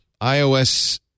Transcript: iOS